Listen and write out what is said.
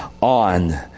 on